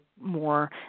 more